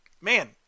Man